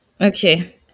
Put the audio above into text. Okay